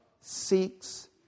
seeks